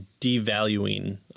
devaluing